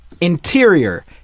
Interior